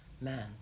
man